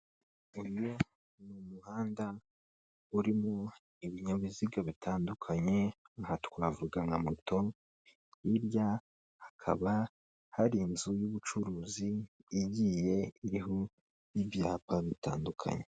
Uyu ni umuhanda urimo ibinyabiziga bitandukanye, aha twavuga nka moto, hirya hakaba hari inzu y'ubucuruzi igiye iriho n'ibyapa bitandukanye.